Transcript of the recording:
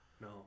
No